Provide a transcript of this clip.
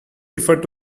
referred